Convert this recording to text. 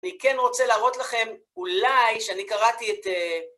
אני כן רוצה להראות לכם, אולי, כשאני קראתי את...